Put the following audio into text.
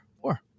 Four